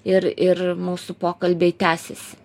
ir ir mūsų pokalbiai tęsiasi